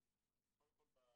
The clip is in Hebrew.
נוספות.